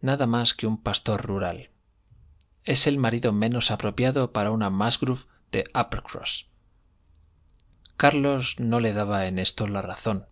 nada más que un pastor rural es el marido menos apropiado para una musgrove de uppercross carlos no le daba en esto la razón